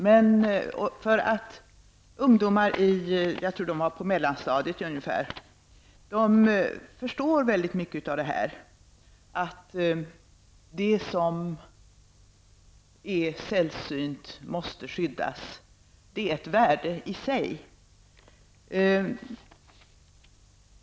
Jag tror att det var ungdomar ungefär på mellanstadiet, och de förstår mycket av diskussionen om att det som är sällsynt måste skyddas och att det är ett värde i sig.